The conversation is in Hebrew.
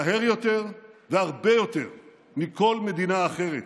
מהר יותר והרבה יותר מכל מדינה אחרת.